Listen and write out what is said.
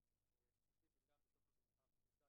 הרוב הן לא אתיופיות,